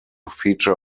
feature